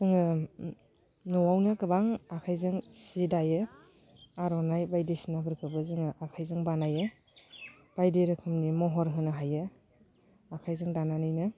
जोङो न'आवनो गोबां आखाइजों सि दायो आरनाइ बायदिसिनाफोरखौबो जोङो आखाइजों बानायो बायदि रोखोमनि महर होनो हायो आखाइजों दानानैनो